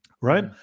right